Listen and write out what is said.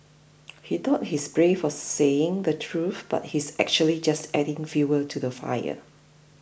he thought he's brave for saying the truth but he's actually just adding fuel to the fire